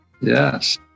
Yes